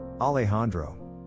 Alejandro